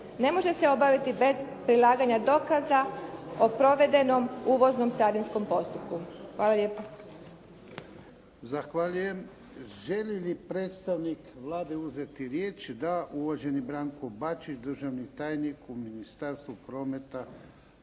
ne može se obaviti bez prilaganja dokaza o provedenom uvoznom carinskom postupku". Hvala lijepa. **Jarnjak, Ivan (HDZ)** Zahvaljujem. Želi li predstavnik Vlade uzeti riječ? Da. Uvaženi Branko Bačić, državni tajnik u Ministarstvu mora,